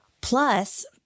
Plus